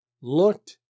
looked